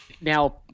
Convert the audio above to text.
now